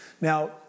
Now